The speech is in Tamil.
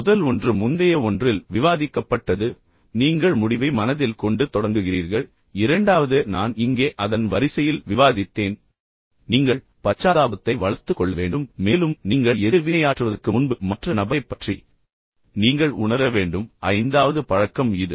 முதல் ஒன்று முந்தைய ஒன்றில் விவாதிக்கப்பட்டது அதாவது அதாவது நீங்கள் முடிவை மனதில் கொண்டு தொடங்குகிறீர்கள் இரண்டாவது நான் இங்கே உண்மையில் அதன் வரிசையில் விவாதித்தேன் நீங்கள் பச்சாதாபத்தை வளர்த்துக் கொள்ள வேண்டும் மேலும் நீங்கள் எதிர்வினையாற்றுவதற்கு முன்பு மற்ற நபரைப் பற்றி நீங்கள் உணர வேண்டும் ஐந்தாவது பழக்கம் இது